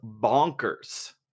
bonkers